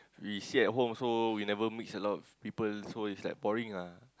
we sit at home also we never mix a lot of people so it's like boring ah